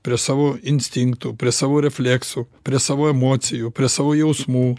prie savo instinktų prie savo refleksų prie savo emocijų prie savo jausmų